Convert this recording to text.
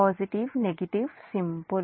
positive negative simple